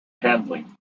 handling